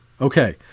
Okay